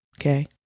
Okay